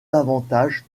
davantage